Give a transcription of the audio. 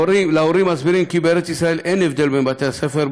להורים מסבירים כי בארץ-ישראל אין הבדל בין בתי-הספר,